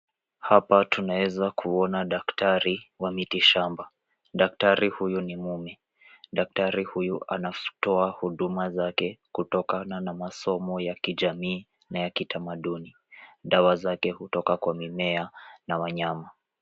Hapa tunaweza kuona daktari wa miti shamba. Daktari huyu ni mume . Daktari huyu anatoa huduma zake kutokana na masomo ya kijamii na kitamaduni. Dawa zake hutoka kwa mimea na wanyama.